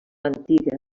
antiga